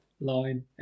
line